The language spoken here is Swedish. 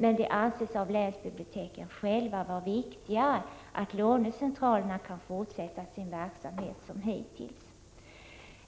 Men länsbiblioteken själva anser att det är viktigare att lånecentralerna kan fortsätta sin verksamhet som hittills.